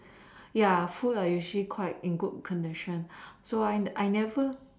ya food is quite in good condition so I never